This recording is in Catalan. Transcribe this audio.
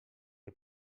que